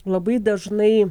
labai dažnai